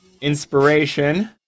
inspiration